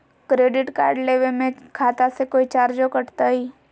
Credit card लेवे में खाता से कोई चार्जो कटतई?